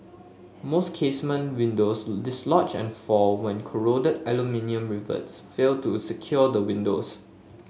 most casement windows dislodge and fall when corroded aluminium rivets fail to secure the windows